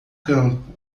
campo